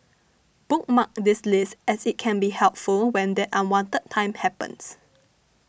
bookmark this list as it can be helpful when that unwanted time happens